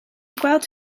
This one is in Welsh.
gweld